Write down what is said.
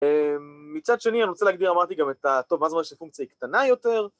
מצד שני אני רוצה להגדיר, אמרתי גם את הטוב, זאת אומרת שפונקציה קטנה יותר